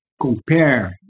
compare